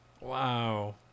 Wow